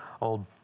old